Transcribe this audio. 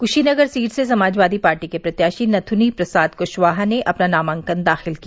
Kushinagar seat से Samajwadi party के प्रत्याशी नथुनी प्रसाद क्शवाहा ने अपना नामांकन दाखिल किया